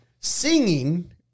Singing